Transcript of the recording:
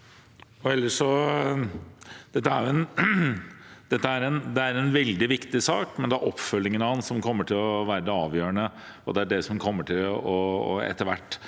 Dette er en veldig viktig sak, men det er oppfølgingen av den som kommer til å være det avgjørende. Det er det som etter hvert